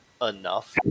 enough